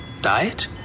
Diet